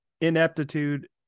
ineptitude